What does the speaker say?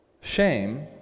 shame